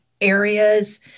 areas